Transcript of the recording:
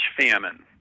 famine